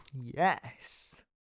Yes